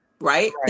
Right